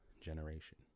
generation